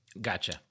Gotcha